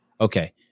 okay